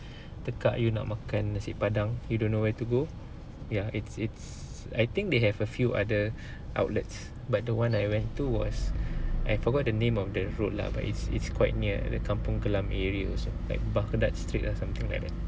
tekak you nak makan nasi padang you don't know where to go ya it's it's I think they have a few other outlets but the one I went to was I forgot the name of the road lah but it's it's quite near the kampong glam area like baghdad street or something like that